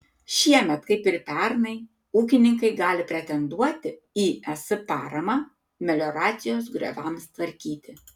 šiemet kaip ir pernai ūkininkai gali pretenduoti į es paramą melioracijos grioviams tvarkyti